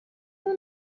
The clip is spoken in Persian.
اون